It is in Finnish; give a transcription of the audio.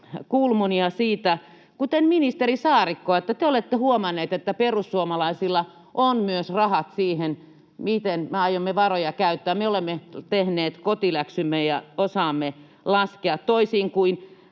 Kulmunia siitä, kuten ministeri Saarikkoa, että te olette huomanneet, että perussuomalaisilla on myös rahat siihen, miten me aiomme varoja käyttää. Me olemme tehneet kotiläksymme ja osaamme laskea, toisin kuin